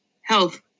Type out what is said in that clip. health